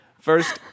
First